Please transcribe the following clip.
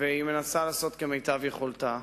והיא מנסה לעשות כמיטב יכולתה.